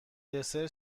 دسر